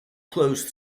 closed